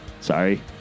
Sorry